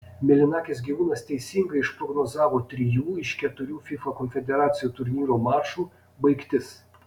mėlynakis gyvūnas teisingai išprognozavo trijų iš keturių fifa konfederacijų turnyro mačų baigtis